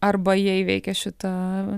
arba jie įveikia šitą